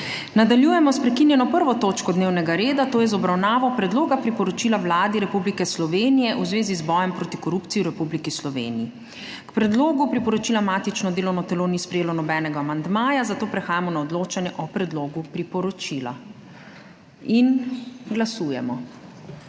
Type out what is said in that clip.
**Nadaljujemo s prekinjeno 1. točko dnevnega reda, to je z obravnavo Predloga priporočila Vladi Republike Slovenije v zvezi z bojem proti korupciji v Republiki Sloveniji.** K predlogu priporočila matično delovno telo ni sprejelo nobenega amandmaja, zato prehajamo na odločanje o predlogu priporočila in glasujemo.